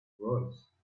rose